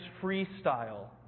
freestyle